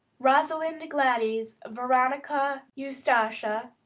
rosalind gladys, veronica eustacia,